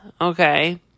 okay